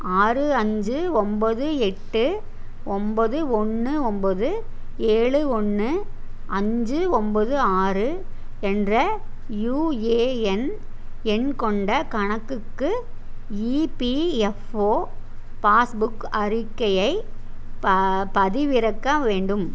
ஆறு அஞ்சு ஒம்பது எட்டு ஒம்பது ஒன்று ஒம்பது ஏழு ஒன்று அஞ்சு ஒம்பது ஆறு என்ற யுஏஎன் எண் கொண்ட கணக்குக்கு இபிஎஃப்ஒ பாஸ்புக் அறிக்கையை பதிவிறக்க வேண்டும்